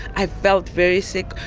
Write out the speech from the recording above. i felt very sick.